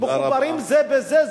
מחוברים זה בזה,